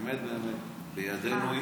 באמת בידינו,